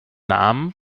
namen